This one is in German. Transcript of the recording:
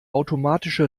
automatische